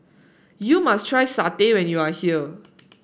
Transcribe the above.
you must try satay when you are here